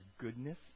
goodness